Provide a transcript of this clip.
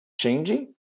changing